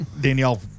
Danielle